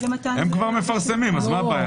הם כבר מפורסמים, אז מה הבעיה?